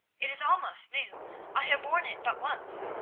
it is almost new i have worn it but once.